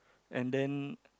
and then